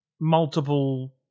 multiple